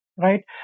right